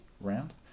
round